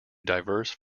diverse